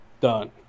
done